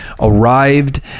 arrived